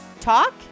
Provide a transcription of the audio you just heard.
talk